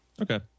Okay